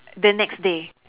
the next day